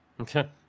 okay